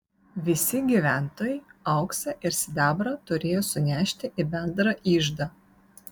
visi gyventojai auksą ir sidabrą turėjo sunešti į bendrą iždą